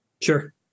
Sure